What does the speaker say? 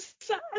sad